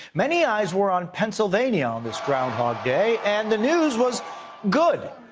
many eyes were on pennsylvania on this groundhog day and the news was good.